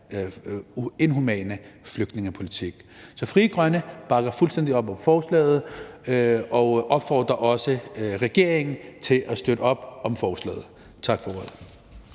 inhumane flygtningepolitik. Så Frie Grønne bakker fuldstændig op om forslaget og opfordrer også regeringen til at støtte op om forslaget. Tak for ordet.